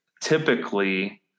typically